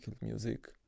music